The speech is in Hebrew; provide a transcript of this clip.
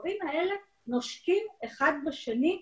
הדברים האלה נושקים אחד לשני,